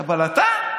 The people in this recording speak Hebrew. אבל אתה?